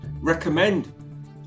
recommend